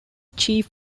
chief